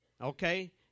okay